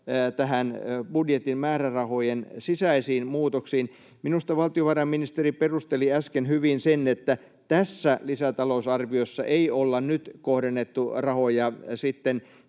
budjetin määrärahojen sisäisiin muutoksiin. Minusta valtiovarainministeri perusteli äsken hyvin sen, että tässä lisätalousarviossa ei olla nyt kohdennettu rahoja sitten